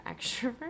extrovert